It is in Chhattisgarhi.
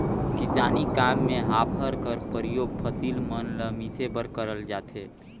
किसानी काम मे हापर कर परियोग फसिल मन ल मिसे बर करल जाथे